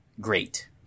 great